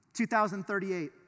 2038